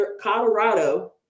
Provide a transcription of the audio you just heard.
Colorado